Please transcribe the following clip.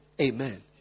Amen